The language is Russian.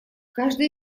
каждая